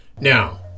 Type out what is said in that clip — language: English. Now